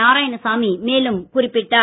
நாராயணசாமி மேலும் குறிப்பிட்டார்